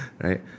right